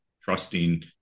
trusting